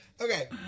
Okay